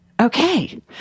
Okay